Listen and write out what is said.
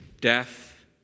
death